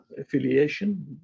affiliation